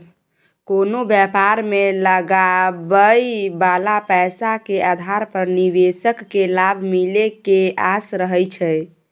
कोनो व्यापार मे लगाबइ बला पैसा के आधार पर निवेशक केँ लाभ मिले के आस रहइ छै